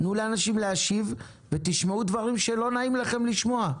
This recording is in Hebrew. תנו לאנשים להשיב ותשמעו דברים שלא נעים לכם לשמוע,